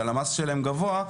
שהלמ"ס שלהן גבוה,